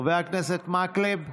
חבר הכנסת מקלב,